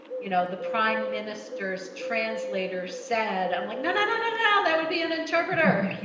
you know the prime minister's translator said, i'm like, no, no, no, no, no. that would be an interpreter.